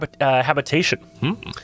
habitation